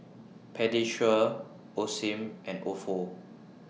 Pediasure Osim and Ofo